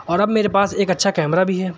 اور اب میرے پاس ایک اچھا کیمرہ بھی ہے